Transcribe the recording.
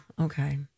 okay